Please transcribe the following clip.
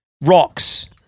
rocks